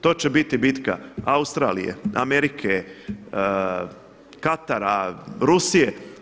To će biti bitka Australije, Amerike, Katara, Rusije.